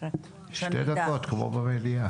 כי מבחינתנו זאת האחריות שלנו על בני נוער.